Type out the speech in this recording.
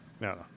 no